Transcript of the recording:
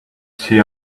see